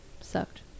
sucked